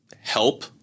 help